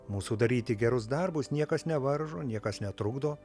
mūsų daryti gerus darbus niekas nevaržo niekas netrukdo